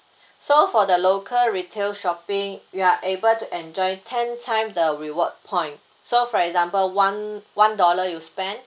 so for the local retail shopping you are able to enjoy ten time the reward point so for example one one dollar you spend